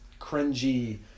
cringy